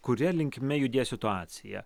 kuria linkme judės situacija